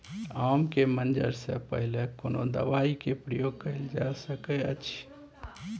आम के मंजर से पहिले कोनो दवाई के प्रयोग कैल जा सकय अछि?